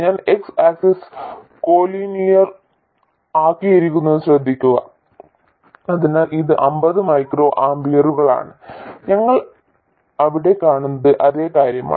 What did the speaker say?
ഞാൻ x axis collinear ആക്കിയിരിക്കുന്നത് ശ്രദ്ധിക്കുക അതിനാൽ ഇത് അമ്പത് മൈക്രോ ആമ്പിയറുകളാണ് ഞങ്ങൾ അവിടെ കാണുന്നത് അതേ കാര്യമാണ്